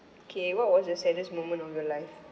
okay what was the saddest moment of your life